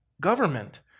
government